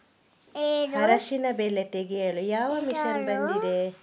ಅರಿಶಿನ ಬೆಳೆ ತೆಗೆಯಲು ಯಾವ ಮಷೀನ್ ಬಂದಿದೆ?